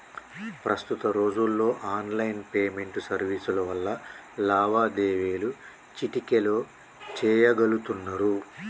ప్రస్తుత రోజుల్లో online payment సర్వీసుల వల్ల లావాదేవీలు చిటికెలో చెయ్యగలుతున్నరు